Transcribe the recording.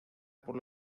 por